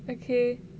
okay